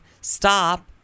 Stop